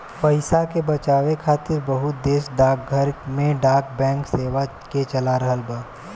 पइसा के बचावे खातिर बहुत देश डाकघर में डाक बैंक सेवा के चला रहल बा